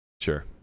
Sure